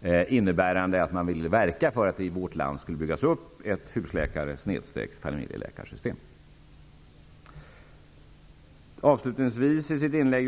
Förslaget innebar att man ville verka för att det i vårt land skulle byggas upp ett husläkarsystem/familjeläkarsystem. Avslutningsvis tog Eva Zetterberg i sitt inlägg